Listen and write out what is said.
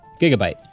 Gigabyte